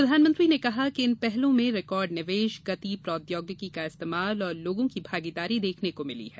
प्रधानमंत्री ने कहा कि इन पहलों में रिकॉर्ड निवेश गति प्रौद्योगिकी का इस्तेमाल और लोगों की भागीदारी देखने को मिली है